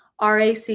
RAC